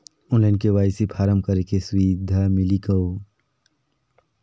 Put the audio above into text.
Online KYC form करेके सुविधा मिली कौन?